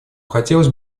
хотелось